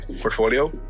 portfolio